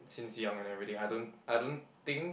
since young and everyday I don't I don't think